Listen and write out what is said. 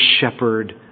shepherd